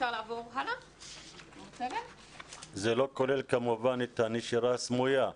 זה לא כולל כמובן את הנשירה הסמויה.